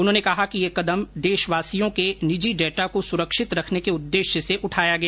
उन्होंने कहा कि यह कदम देशवासियों के निजी डेटा को सुरक्षित रखने के उद्देश्य से उठाया गया